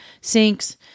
sinks